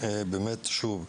שוב,